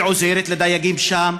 ועוזרת לדייגים שם,